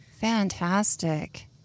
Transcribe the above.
fantastic